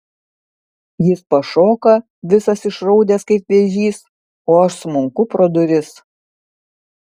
jis pašoka visas išraudęs kaip vėžys o aš smunku pro duris